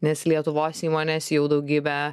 nes lietuvos įmonės jau daugybę